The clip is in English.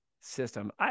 system